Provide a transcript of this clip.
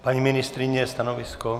Paní ministryně, stanovisko?